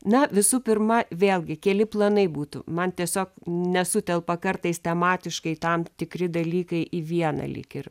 na visų pirma vėlgi keli planai būtų man tiesiog nesutelpa kartais tematiškai tam tikri dalykai į vieną lyg ir